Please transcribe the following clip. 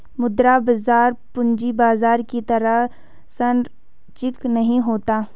मुद्रा बाजार पूंजी बाजार की तरह सरंचिक नहीं होता